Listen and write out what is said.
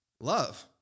love